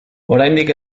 oraindik